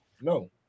No